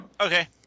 Okay